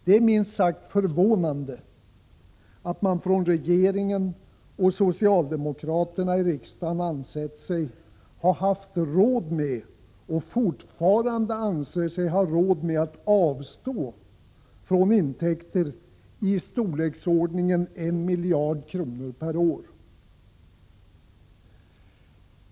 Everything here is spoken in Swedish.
Det är minst sagt förvånande att regeringen och socialdemokraterna i riksdagen ansett sig ha haft råd, och fortfarande anser sig ha råd, att avstå från intäkter i storleksordningen 1 miljard kronor per år.